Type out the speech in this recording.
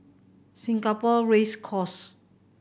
Singapore Race Course